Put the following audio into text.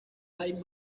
high